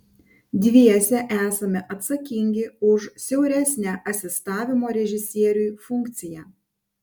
dviese esame atsakingi už siauresnę asistavimo režisieriui funkciją